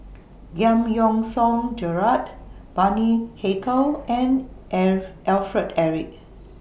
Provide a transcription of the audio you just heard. Giam Yean Song Gerald Bani Haykal and F Alfred Eric